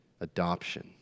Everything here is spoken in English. Adoption